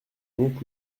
oncle